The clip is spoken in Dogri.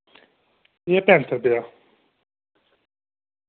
इ'यां